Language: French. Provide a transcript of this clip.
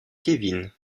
kevin